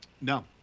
No